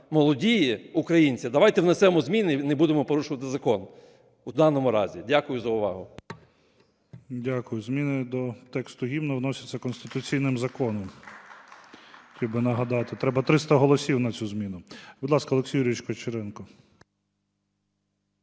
молодії українці, давайте внесемо зміни і не будемо порушувати закон в даному разі. Дякую за увагу. ГОЛОВУЮЧИЙ. Дякую. Зміни до тексту Гімну вносяться конституційним законом, хотів би нагадати, треба 300 голосів на цю зміну. Будь ласка, Олексій Юрійович Кучеренко.